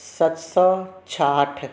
सत सौ छाहठ